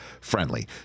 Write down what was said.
friendly